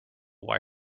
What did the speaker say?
why